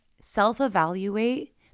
self-evaluate